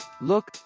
Look